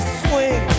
swing